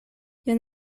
jen